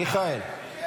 מיכאל?